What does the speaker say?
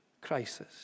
crisis